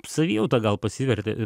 savijauta gal pasivertė